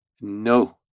No